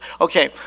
Okay